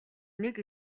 нэг